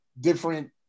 different